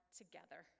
together